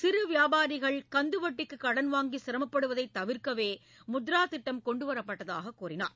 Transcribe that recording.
சிறு வியாபாரிகள் கந்து வட்டிக்கு கடன் வாங்கி சிரமப்படுவதை தவிர்க்கவே முத்ரா திட்டம் கொண்டு வரப்பட்டதாகக் கூறினார்